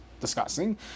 Discussing